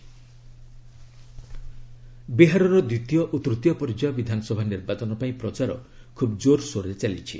Bihar election ବିହାରର ଦ୍ୱିତୀୟ ଓ ତୃତୀୟ ପର୍ଯ୍ୟାୟ ବିଧାନସଭା ନିର୍ବାଚନ ପାଇଁ ପ୍ରଚାର ଖୁବ୍ ଜୋରସୋରରେ ଚାଲିଛି